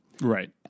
Right